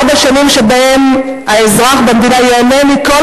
ארבע שנים שבהן האזרח במדינה ייהנה מכל